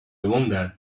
wonder